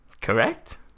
correct